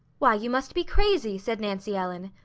why, you must be crazy! said nancy ellen.